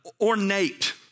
ornate